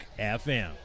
FM